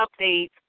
updates